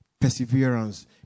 Perseverance